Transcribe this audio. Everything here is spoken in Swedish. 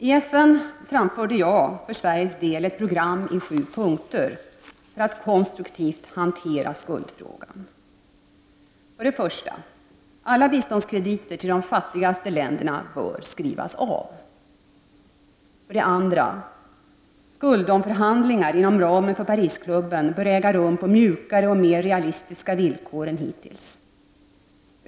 I FN lade jag för Sveriges del fram ett program i sju punkter för att konstruktivt hantera skuldfrågan: 1. Alla biståndskrediter till de fattigaste länderna bör skrivas av. 2. Skuldomförhandlingar inom ramen för Parisklubben bör äga rum på mjukare och mer realistiska villkor än hittills.